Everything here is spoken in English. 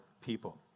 people